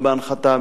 לא בהנחתה,